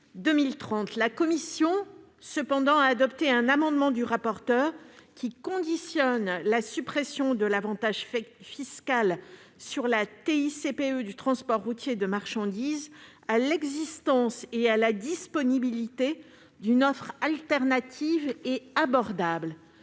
la commission a adopté un amendement du rapporteur tendant à conditionner la suppression de l'avantage fiscal sur la TICPE du transport routier de marchandises à l'existence et à la disponibilité d'une offre alternative abordable.